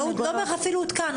אפילו לא הותקן.